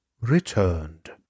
returned